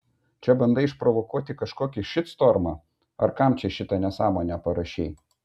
čia bandai išprovokuoti kažkokį šitstormą ar kam čia šitą nesąmonę parašei